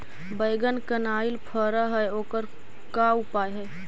बैगन कनाइल फर है ओकर का उपाय है?